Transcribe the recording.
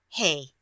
Hey